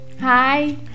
Hi